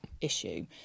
issue